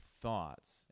thoughts